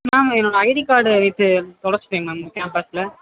ma'am என்னோடய ID card நேற்று துலச்சிட்டாங்க மேம் கேம்பஸில்